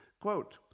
Quote